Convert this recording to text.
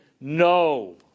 no